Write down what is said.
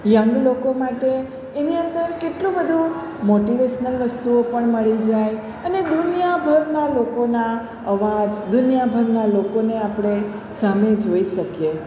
young લોકો માટે એની અંદર કેટલું બધુ મોટિવેશનલ વસ્તુઓ પણ મળી જાય અને દુનિયાભરનાં લોકોના અવાજ દુનિયાભરનાં લોકોને આપણે સામે જોઈ શકીએ